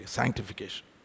sanctification